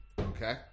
Okay